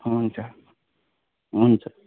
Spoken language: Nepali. हुन्छ हुन्छ